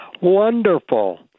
Wonderful